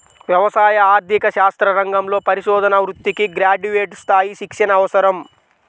వ్యవసాయ ఆర్థిక శాస్త్ర రంగంలో పరిశోధనా వృత్తికి గ్రాడ్యుయేట్ స్థాయి శిక్షణ అవసరం